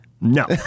No